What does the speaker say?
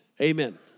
Amen